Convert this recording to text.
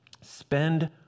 spend